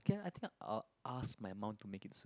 can I think I'll ask my mom to make it soon